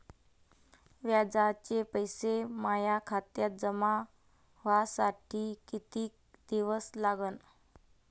व्याजाचे पैसे माया खात्यात जमा व्हासाठी कितीक दिवस लागन?